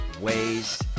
ways